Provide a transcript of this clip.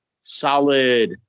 solid